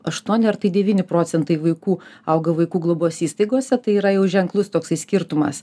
aštuoni ar tai devyni procentai vaikų auga vaikų globos įstaigose tai yra jau ženklus toksai skirtumas